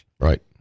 Right